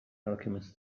alchemist